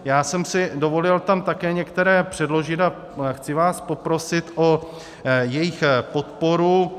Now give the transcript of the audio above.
Já jsem si dovolil tam také některé předložit a chci vás poprosit o jejich podporu.